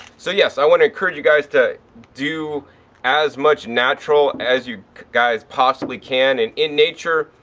so yes, i want to encourage you guys to do as much natural as you guys possibly can. and in nature,